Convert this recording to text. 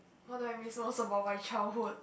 what do I miss most about my childhood